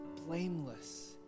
Blameless